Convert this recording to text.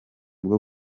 bwo